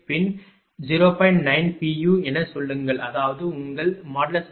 u எனச் சொல்லுங்கள் அதாவது உங்கள் V2Vc20